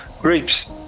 Grapes